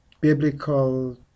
biblical